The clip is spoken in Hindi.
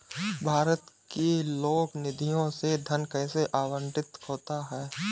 भारत की लोक निधियों से धन कैसे आवंटित होता है?